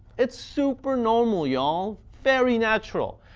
it's super normal y'all. very natural.